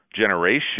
generation